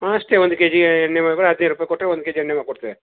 ಅಷ್ಟೆ ಒಂದು K G ಎಣ್ಣೆ ಮಾಡ್ಬೇಕಾರೆ ಹದಿನೈದು ರೂಪಾಯಿ ಕೊಟ್ಟರೆ ಒಂದು ಕೆ ಜಿ ಎಣ್ಣೆ ಮಾಡಿ ಕೊಡ್ತೇವೆ